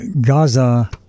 Gaza